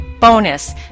bonus